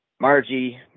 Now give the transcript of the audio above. Margie